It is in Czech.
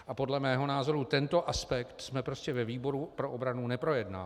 A podle mého názoru tento aspekt jsme ve výboru pro obranu neprojednávali.